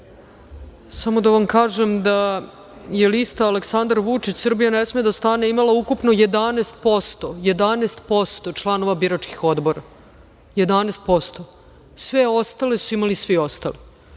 samo da vam kažem da je lista Aleksandar Vučić – Srbija ne sme da stane imala ukupno 11% članova biračkih odbora, 11%. Sve ostale su imali svi ostali.